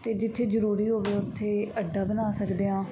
ਅਤੇ ਜਿੱਥੇ ਜ਼ਰੂਰੀ ਹੋਵੇ ਉੱਥੇ ਅੱਡਾ ਬਣਾ ਸਕਦੇ ਹਾਂ